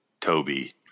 Toby